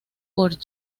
por